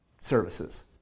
services